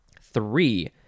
Three